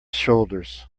shoulders